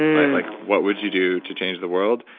like what would you do to change the world?